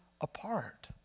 apart